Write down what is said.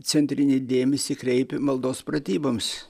centrinį dėmesį kreipia maldos pratyboms